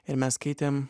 ir mes skaitėm